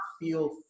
feel